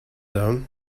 down